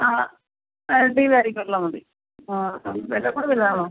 ആ ഹൽദി വരെയൊക്കെ ഉള്ളത് മതി ആ വല്ലപ്പോഴും